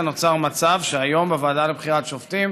נוצר מצב שהיום בוועדה לבחירת שופטים